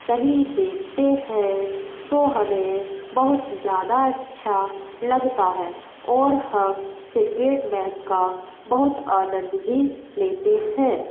सभी देखते है तो हमें बहुत ज़्यादा अच्छा लगता है ओर हम क्रिकेट मैच का बहुत आनंद भी लेते हैं